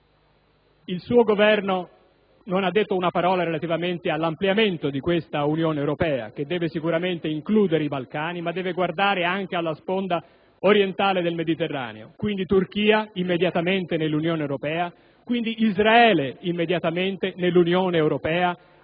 Il suo Governo non ha detto una parola relativamente all'ampliamento dell'Unione Europea, che deve sicuramente includere i Balcani, ma deve guardare anche alla sponda orientale del Mediterraneo; ciò significa Turchia e Israele immediatamente nell'Unione Europea.